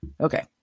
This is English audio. Okay